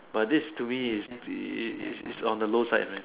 but that's to me is is is on the low side man